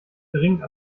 dringend